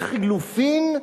לחלופין,